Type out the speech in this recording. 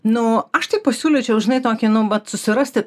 nu aš tai pasiūlyčiau žinai tokį nu vat susirasti